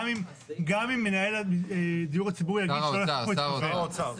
גם אם מנהל הדיור הציבורי יגיד שלא --- שר האוצר.